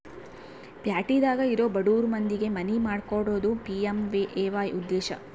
ಪ್ಯಾಟಿದಾಗ ಇರೊ ಬಡುರ್ ಮಂದಿಗೆ ಮನಿ ಮಾಡ್ಕೊಕೊಡೋದು ಪಿ.ಎಮ್.ಎ.ವೈ ಉದ್ದೇಶ